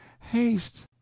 haste